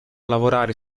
lavorare